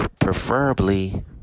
Preferably